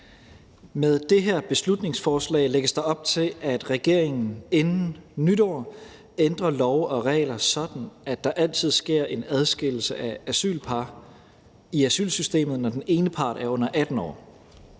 Med det her beslutningsforslag lægges der op til, at regeringen inden nytår ændrer love og regler sådan, at der altid sker en adskillelse af asylpar i asylsystemet, når den ene part er under 18 år.